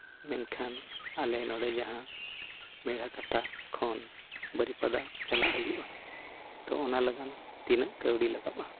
ᱢᱮᱱᱠᱷᱟᱱ ᱟᱞᱮ ᱱᱚᱰᱮ ᱡᱟᱦᱟᱸ ᱵᱮᱲᱟ ᱠᱟᱴᱟ ᱠᱷᱚᱱ ᱵᱟᱨᱤᱯᱟᱫᱟ ᱪᱟᱞᱟᱜ ᱦᱩᱭᱩᱜᱼᱟ ᱛᱳ ᱚᱱᱟ ᱞᱟᱹᱜᱤᱫ ᱛᱤᱱᱟᱹᱜ ᱠᱟᱹᱣᱰᱤ ᱞᱟᱜᱟᱜᱼᱟ